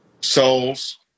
souls